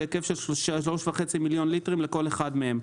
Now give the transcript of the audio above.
בהיקף של 3.5 מיליון ליטרים לכל אחד מהם.